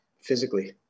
physically